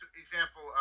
example